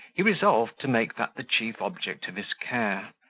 he resolved to make that the chief object of his care,